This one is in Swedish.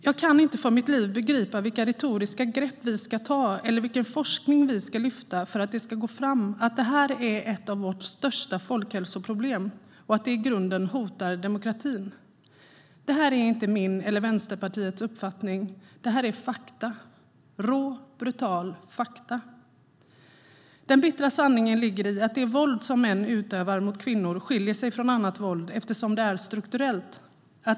Jag kan inte för mitt liv begripa vilka retoriska grepp vi ska ta till eller vilken forskning vi ska lyfta fram för att det ska gå fram att det här är ett av våra största folkhälsoproblem och att det i grunden hotar demokratin. Det här är inte min eller Vänsterpartiets uppfattning. Det här är fakta, råa brutala fakta. Den bittra sanningen ligger i att det våld som män utövar mot kvinnor skiljer sig från annat våld eftersom det är strukturellt.